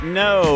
no